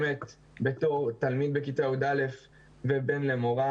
בתור תלמיד בכיתה י"א ובן למורה,